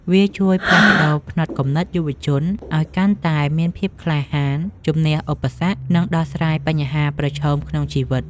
វាជួយផ្លាស់ប្តូរផ្នត់គំនិតយុវជនឱ្យកាន់តែមានភាពក្លាហាន ជម្នះឧបសគ្គ និងការដោះស្រាយបញ្ហាប្រឈមក្នុងជីវិត។